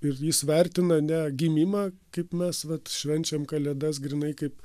ir jis vertina ne gimimą kaip mes vat švenčiam kalėdas grynai kaip